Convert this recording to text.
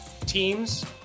teams